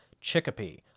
Chicopee